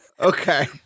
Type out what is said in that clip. Okay